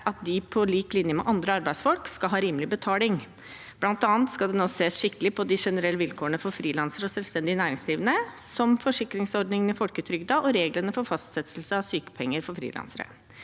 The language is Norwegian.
at de på lik linje med andre ar beidsfolk skal ha rimelig betaling. Blant annet skal det nå ses skikkelig på de generelle vilkårene for frilansere og selvstendig næringsdrivende – som forsikringsordningene, folketrygden og reglene for fastsettelse av sykepenger for frilansere.